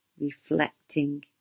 Reflecting